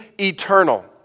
eternal